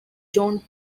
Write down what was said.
john